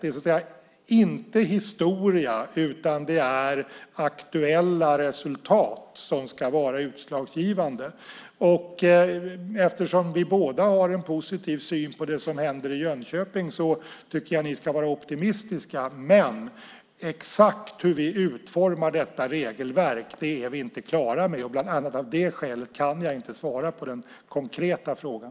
Det är inte fråga om historia utan om aktuella resultat som ska vara utslagsgivande. Eftersom vi båda har en positiv syn på det som händer i Jönköping tycker jag att ni ska vara optimistiska. Exakt hur vi utformar detta regelverk är vi inte klara över. Bland annat av det skälet kan jag inte svara på den konkreta frågan.